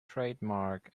trademark